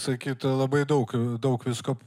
sakytų labai daug daug visko